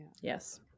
Yes